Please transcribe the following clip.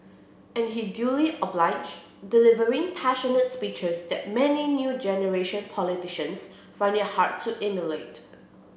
and he duly obliged delivering passionate speeches that many new generation politicians find it hard to emulate